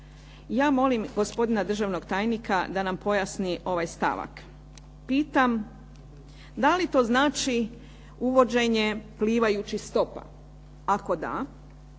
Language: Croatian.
Ja molim gospodina državnog tajnika da nam pojasni ovaj stavak. Pitam da li to znači uvođenje plivajućih stopa? Ako da,